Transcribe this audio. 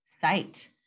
site